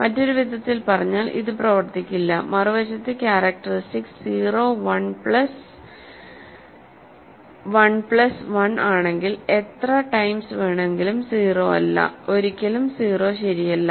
മറ്റൊരു വിധത്തിൽ പറഞ്ഞാൽ ഇത് പ്രവർത്തിക്കില്ല മറുവശത്ത് ക്യാരക്ടറിസ്റ്റിക്സ് 0 1 പ്ലസ് 1 പ്ലസ് 1 ആണെങ്കിൽ എത്ര ടൈംസ് വേണമെങ്കിലും 0 അല്ല ഒരിക്കലും 0 ശരിയല്ല